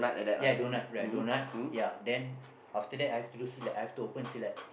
ya donut right donut ya then after that I've to do silat I've to open silat